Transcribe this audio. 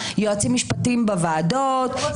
יועצים משפטיים בוועדות,